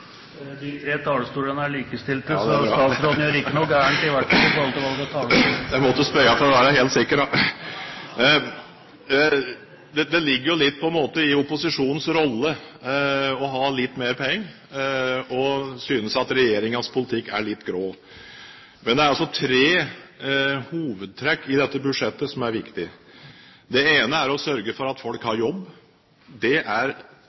er viktig ytterligere å understreke. Det ligger jo på en måte litt i opposisjonens rolle å ha litt mer penger og å synes at regjeringens politikk er litt grå. Men det er tre hovedtrekk i dette budsjettet som er viktig. Det ene er å sørge for at folk har jobb. Det er